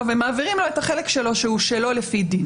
ומעבירים לו את החלק שלו שהוא שלו לפי דין